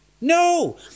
No